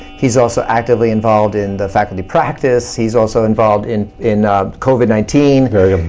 he's also actively involved in the faculty practice, he's also involved in in covid nineteen, very